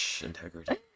integrity